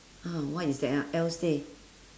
uh what is that ah else day